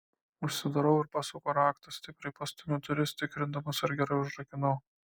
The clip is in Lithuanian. užsidarau ir pasuku raktą stipriai pastumiu duris tikrindamas ar gerai užrakinau